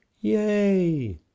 Yay